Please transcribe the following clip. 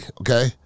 okay